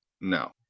No